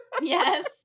Yes